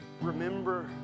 remember